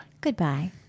Goodbye